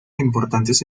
importantes